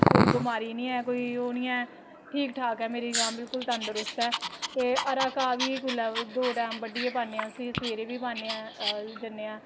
कोई बमारी निं ऐ कोई ओह् निं ऐ ठीक ठाक ऐ मेरी गांऽ बिल्कुल तंदरुस्त ऐ ते हरा घाऽ बी ऐल्लै दो टैम बड्ढियै पाने आं उसी सबैह्रे बी पाने आं जन्ने आं